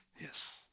yes